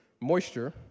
moisture